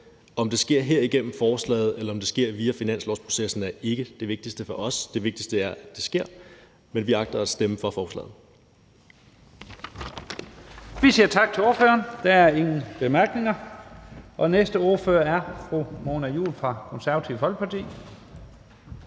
Om det sker her igennem forslaget, eller om det sker via finanslovsprocessen, er ikke det vigtigste for os. Det vigtigste er, at det sker, men vi agter at stemme for forslaget. Kl. 11:49 Første næstformand (Leif Lahn Jensen): Vi siger tak til ordføreren. Der er ingen korte bemærkninger. Næste ordfører er fru Mona Juul fra Det Konservative Folkeparti.